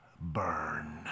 burn